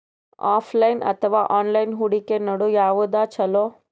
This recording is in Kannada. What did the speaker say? ಆಫಲೈನ ಅಥವಾ ಆನ್ಲೈನ್ ಹೂಡಿಕೆ ನಡು ಯವಾದ ಛೊಲೊ?